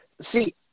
See